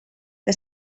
que